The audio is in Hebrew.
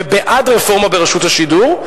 ובעד רפורמה ברשות השידור.